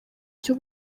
cyo